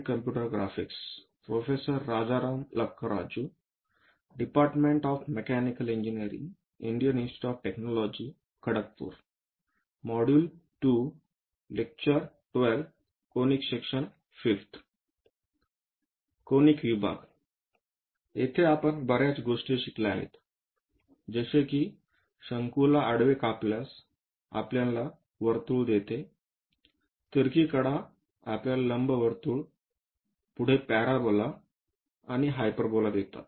conic विभाग तेथे आपण बर्याच गोष्टी शिकल्या आहेत जसे की शंकूला आडव्या कापल्यास आपल्याला वर्तुळ देते तिरकी कडा आपल्याला लंबवर्तुळ पुढे पॅराबोला आणि हाइपरबोला देतात